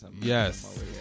yes